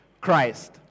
Christ